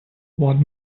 what